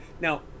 Now